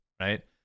right